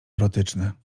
erotyczne